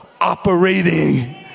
operating